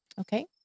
okay